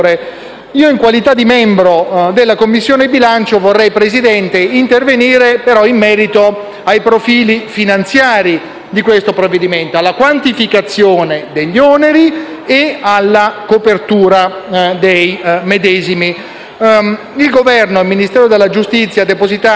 In qualità di membro della Commissione bilancio, Presidente, vorrei intervenire in merito ai profili finanziari di questo provvedimento, alla quantificazione degli oneri e alla copertura dei medesimi. Il Governo al Ministero della giustizia ha depositato,